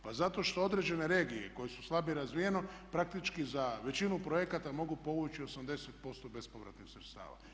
Pa zato što određene regije koje su slabije razvijene praktički za većinu projekata mogu povući 80% bespovratnih sredstava.